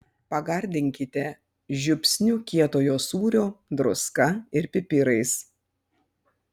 pagardinkite žiupsniu kietojo sūrio druska ir pipirais